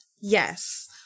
yes